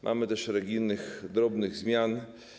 Mamy też szereg innych drobnych zmian.